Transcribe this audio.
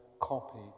copy